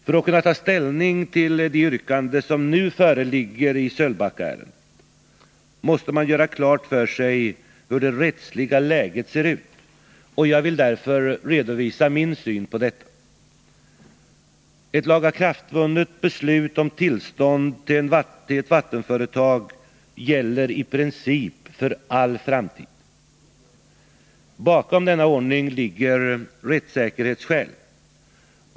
För att kunna ta ställning till de yrkanden som nu föreligger i Sölvbackaärendet måste man göra klart för sig hur det rättsliga läget ser ut. Jag vill därför redovisa min syn på detta. Ett lagakraftvunnet beslut om tillstånd till ett vattenföretag gäller i princip för all framtid. Bakom denna ordning ligger rättssäkerhetsskäl.